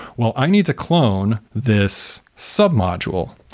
well i need to clone this sub-module.